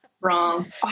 Wrong